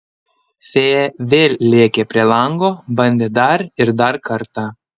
fėja vėl lėkė prie lango bandė dar ir dar kartą